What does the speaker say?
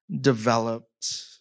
developed